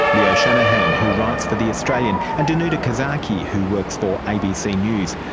leo shanahan, who writes for the australian, and danuta kozaki, who works for abc news.